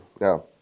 Now